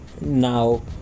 now